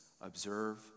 Observe